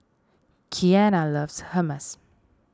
Keanna loves Hummus